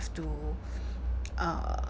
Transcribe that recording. to uh